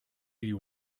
you